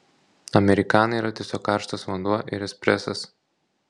amerikana yra tiesiog karštas vanduo ir espresas